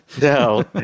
No